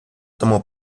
тому